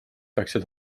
peaksid